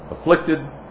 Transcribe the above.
afflicted